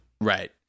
right